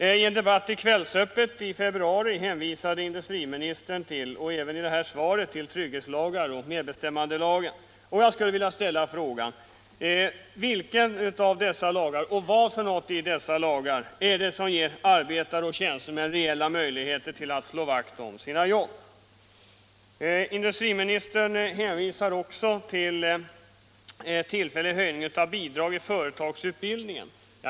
I en debatt i Kvällsöppet i februari och även i sitt svar i dag hänvisade industriministern till trygghetslagar och medbestämmandelagen. Jag skulle vilja fråga: Vilken av dessa lagar och vad för något i dessa lagar är det som ger arbetare och tjänstemän reella möjligheter att slå vakt om sina jobb? Industriministern hänvisar också till en tillfällig höjning av bidrag till företagsutbildningen.